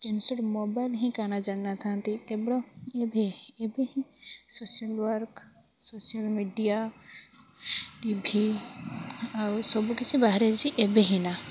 screen shot mobile ହିଁ କାଣା ଜାଣିନଥାନ୍ତି କେବଳ ଏବେ ଏବେ ହିଁ social work social media TV ଆଉ ସବୁ କିଛି ବାହାରିଛି ଏବେ ହିଁ ନା